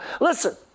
Listen